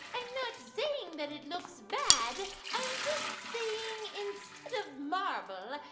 i'm not saying that it looks bad i'm just saying instead of marble,